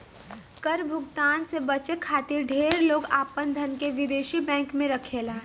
कर भुगतान से बचे खातिर ढेर लोग आपन धन के विदेशी बैंक में रखेला